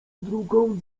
drugą